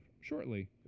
shortly